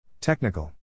Technical